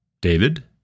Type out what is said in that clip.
David